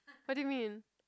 what do you mean